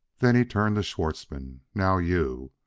then he turned to schwartzmann now, you!